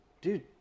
dude